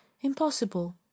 impossible